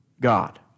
God